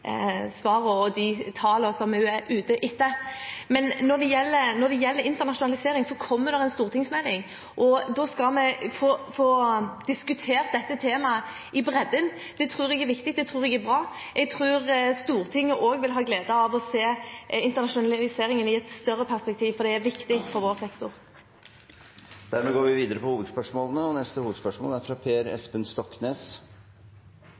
og de tallene som hun er ute etter. Når det gjelder internasjonalisering, kommer det en stortingsmelding, og da skal vi få diskutert dette temaet i bredden. Det tror jeg er viktig, det tror jeg er bra. Jeg tror Stortinget også vil ha glede av å se internasjonaliseringen i et større perspektiv, for det er viktig i vår sektor. Vi går videre til neste hovedspørsmål. Mitt spørsmål går til næringsministeren. Ferske tall fra